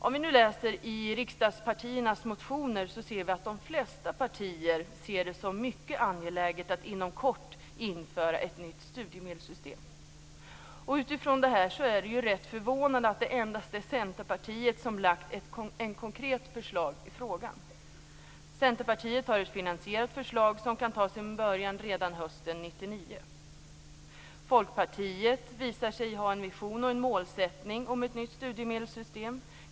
Om vi läser i riksdagspartiernas motioner ser vi att de flesta partier ser det som mycket angeläget att inom kort införa ett nytt studiemedelssystem. Utifrån detta är det rätt förvånande att det endast är Centerpartiet som lagt fram ett konkret förslag i frågan. Centerpartiet har ett finansierat förslag som kan ta sin början redan hösten 99. Folkpartiet visar sig ha en vision och en målsättning om ett nytt studiemedelssystem.